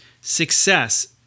Success